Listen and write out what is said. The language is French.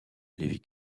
lévy